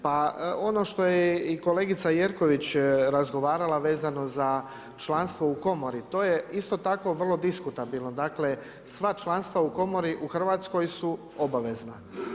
Pa ono što je i kolegica Jerković razgovarala vezano za članstvo u komori, to je isto tako vrlo diskutabilno, dakle sva članstva u komori u Hrvatskoj su obavezna.